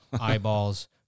eyeballs